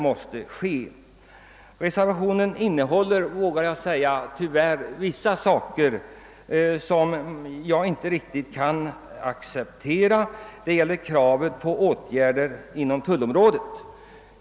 Reservationen innehåller tyvärr en punkt som jag inte kan acceptera; det gäller kravet på åtgärder på tullområdet.